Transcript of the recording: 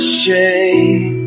shame